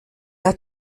hat